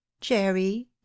jerry